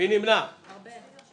ההצעה